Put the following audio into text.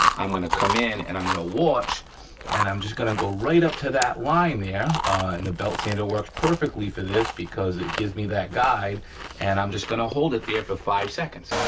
i'm gonna come in and i'm gonna watch and i'm just gonna go right up to that line there and the belt sander works perfectly for this because it gives me that guide and i'm just gonna hold it there for five seconds.